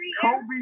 Kobe